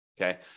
Okay